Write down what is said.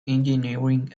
engineering